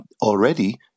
already